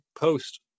post